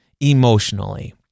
emotionally